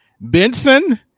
Benson